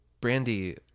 Brandy